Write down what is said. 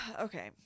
Okay